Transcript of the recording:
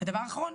דבר אחרון,